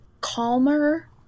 calmer